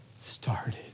started